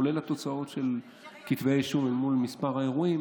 כולל התוצאות של כתבי האישום מול מספר האירועים,